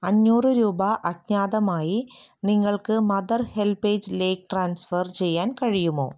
അഞ്ഞൂറ് രൂപ അജ്ഞാതമായി നിങ്ങൾക്ക് മദർ ഹെൽപ്പേജ് ലേക്ക് ട്രാൻസ്ഫർ ചെയ്യാൻ കഴിയുമോ